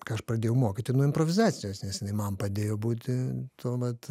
ką aš pradėjau mokyti nu improvizacijos nes jinai man padėjo būti tuo vat